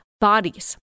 bodies